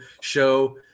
show